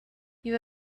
you